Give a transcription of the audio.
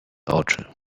oczy